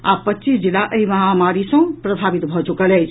आब पच्चीस जिला एहि महामारी सँ प्रभावित भऽ चुकल अछि